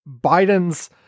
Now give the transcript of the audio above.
Biden's